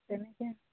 তেনেকে